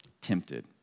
tempted